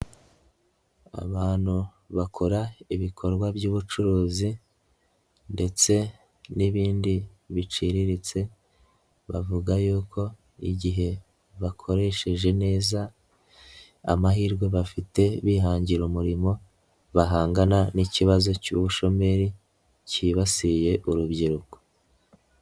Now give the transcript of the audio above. Abantu bakora ibikorwa by'ubucuruzi ndetse n'ibindi biciriritse bavuga yuko igihe bakoresheje neza amahirwe bafite bihangira umurimo bahangana n'ikibazo cy'ubushomeri kibasiye urubyiruko.